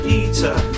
eater